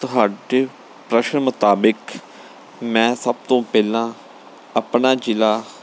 ਤੁਹਾਡੇ ਪ੍ਰਸ਼ਨ ਮੁਤਾਬਿਕ ਮੈਂ ਸਭ ਤੋਂ ਪਹਿਲਾਂ ਆਪਣਾ ਜ਼ਿਲ੍ਹਾ